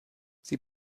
sie